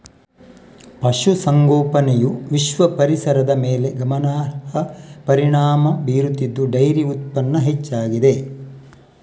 ಪಶು ಸಂಗೋಪನೆಯು ವಿಶ್ವ ಪರಿಸರದ ಮೇಲೆ ಗಮನಾರ್ಹ ಪರಿಣಾಮ ಬೀರುತ್ತಿದ್ದು ಡೈರಿ ಉತ್ಪನ್ನ ಹೆಚ್ಚಾಗಿದೆ